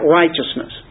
righteousness